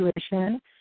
situation